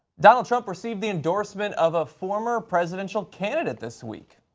donald trump received the endorsement of a former presidential candidate this week,